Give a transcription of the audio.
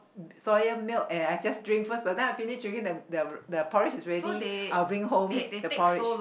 soya milk and I'll just drink first but then I finish drinking the the porridge already I'll bring home the porridge